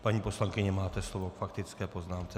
Paní poslankyně, máte slovo k faktické poznámce.